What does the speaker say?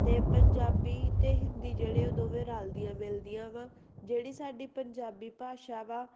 ਤੇ ਪੰਜਾਬੀ ਅਤੇ ਹਿੰਦੀ ਜਿਹੜੇ ਉਹ ਦੋਵੇਂ ਰਲਦੀਆਂ ਮਿਲਦੀਆਂ ਵਾ ਜਿਹੜੀ ਸਾਡੀ ਪੰਜਾਬੀ ਭਾਸ਼ਾ ਵਾ